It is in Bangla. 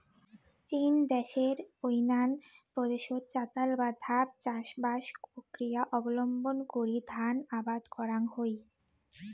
চীন দ্যাশের ইউনান প্রদেশত চাতাল বা ধাপ চাষবাস প্রক্রিয়া অবলম্বন করি ধান আবাদ করাং হই